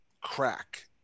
crack